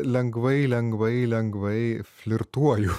lengvai lengvai lengvai flirtuoju